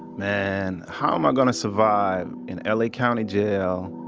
man, how am i going to survive in l a. county jail